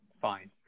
fine